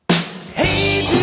Hey